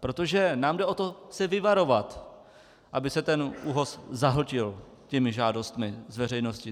protože nám jde o to se vyvarovat, aby se ten ÚOHS zahltil těmi žádostmi z veřejnosti.